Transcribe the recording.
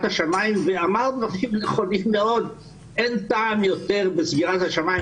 השמיים ואמר דברים נכונים מאוד ואמר שאין טעם יותר בסגירת השמים.